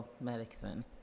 medicine